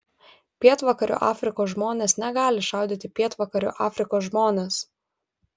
pietvakarių afrikos žmonės negali šaudyti į pietvakarių afrikos žmones